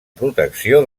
protecció